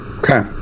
okay